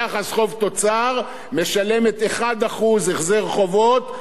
משלמת 1% החזר חובות ביחס לתוצר שלה.